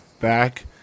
back